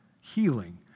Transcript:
healing